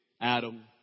Adam